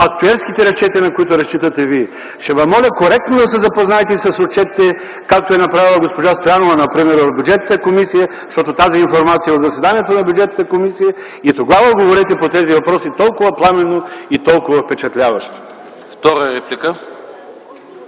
актюерските разчети, на които разчитате вие. Ще ви моля коректно да се запознаете с отчетите, както е направила госпожа Стоянова например в Бюджетната комисия, защото тази информация е от заседанието на тази комисия, и тогава говорете по тези въпроси толкова пламенно и толкова впечатляващо. ПРЕДСЕДАТЕЛ